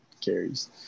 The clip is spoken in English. carries